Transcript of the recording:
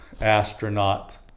astronaut